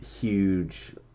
huge